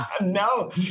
no